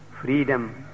freedom